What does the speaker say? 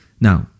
Now